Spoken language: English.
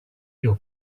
your